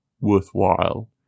worthwhile